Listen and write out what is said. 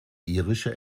irische